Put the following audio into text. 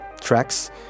tracks